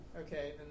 okay